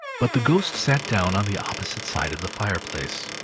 but the ghost sat down on the opposite side of the fireplace,